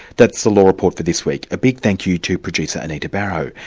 that's the law report for this week. a big thank you to producer anita barraud,